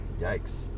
Yikes